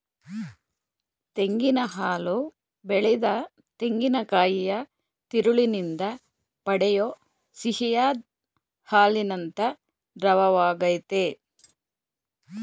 ತೆಂಗಿನ ಹಾಲು ಬೆಳೆದ ತೆಂಗಿನಕಾಯಿಯ ತಿರುಳಿನಿಂದ ಪಡೆಯೋ ಸಿಹಿಯಾದ್ ಹಾಲಿನಂಥ ದ್ರವವಾಗಯ್ತೆ